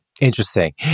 Interesting